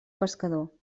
pescador